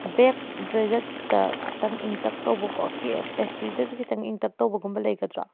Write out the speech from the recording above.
bag ꯗꯦꯖꯔꯠꯇ ꯈꯤꯇꯪ ꯏꯪꯇꯛ ꯇꯧꯕꯀꯣ ꯀꯦꯛ ꯄꯦꯁꯇ꯭ꯔꯤꯗꯁꯨ ꯈꯤꯇꯪ ꯏꯪꯇꯛ ꯇꯧꯕꯒꯨꯝꯕ ꯂꯩꯒꯗ꯭ꯔꯣ